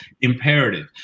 imperative